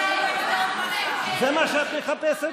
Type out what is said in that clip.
זה מה שאת מחפשת?